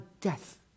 death